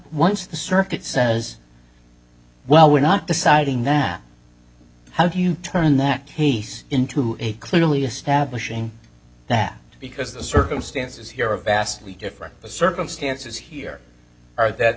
once the circuit says well we're not deciding that how do you turn that case into a clearly establishing that because the circumstances here are vastly different circumstances here are that